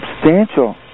substantial